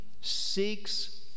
seeks